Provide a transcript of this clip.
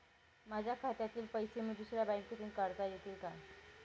माझ्या खात्यातील पैसे मी दुसऱ्या बँकेतून काढता येतील का?